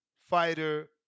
fighter